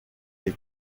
les